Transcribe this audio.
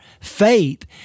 faith